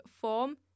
form